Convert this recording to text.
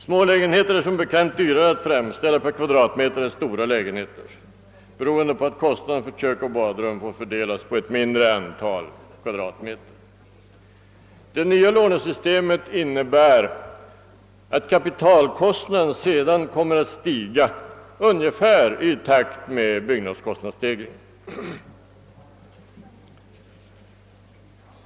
Smålägenheter är som bekant dyrare att framställa, per kvadratmeter räknat, än stora lägenheter, beroende på att kostnadernå för kök och badrum får fördelas på ett mindre antal kvadratmeter. Det nya lånesystemet innebär att kapitalkostnaden sedan kommer att stiga ungefär i takt med byggnadskostnaderna.